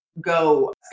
go